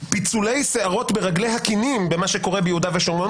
פיצולי שערות ברגלי הכינים במה שקורה ביהודה ושומרון,